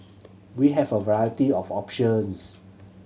we have a variety of options